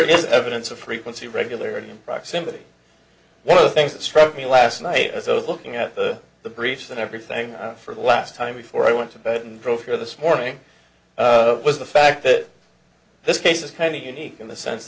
is evidence of frequency regularity and proximity one of the things that struck me last night as i was looking at the the briefs and everything for the last time before i went to bed and drove here this morning was the fact that this case is highly unique in the sense